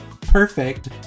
perfect